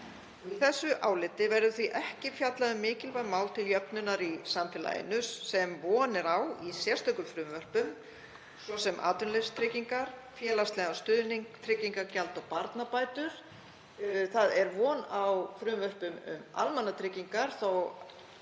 Í þessu áliti verður því ekki fjallað um mikilvæg mál til jöfnunar í samfélaginu sem von er á í sérstökum frumvörpum, svo sem atvinnuleysistryggingar, félagslegan stuðning, tryggingagjald og barnabætur. Von er á frumvarpi um almannatryggingar